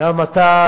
גם אתה,